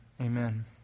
amen